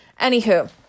anywho